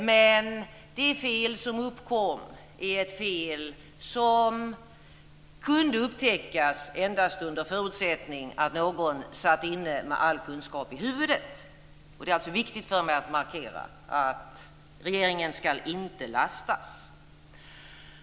Men det fel som uppkom är ett fel som kunde upptäckas endast under förutsättning att någon satt inne med all kunskap i huvudet. Det är alltså viktigt för mig att markera att regeringen inte ska lastas.